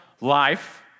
life